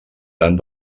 tant